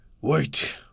wait